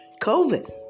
COVID